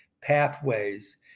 pathways